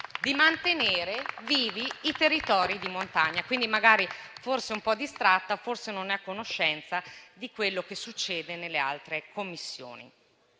di mantenere vivi i territori di montagna. È forse un po' distratta e magari non è a conoscenza di quello che succede nelle altre Commissioni.